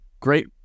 Great